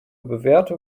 bewährte